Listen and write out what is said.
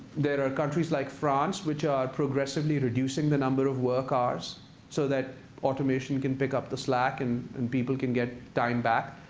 there are countries like france which are progressively reducing the number of work hours so that automation can pick up the slack and and people can get time back.